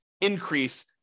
increase